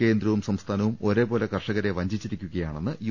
കേന്ദ്രവും സംസ്ഥാനവും ഒരേപോലെ കർഷകരെ വഞ്ചി ച്ചിരിക്കുകയാണെന്ന് യു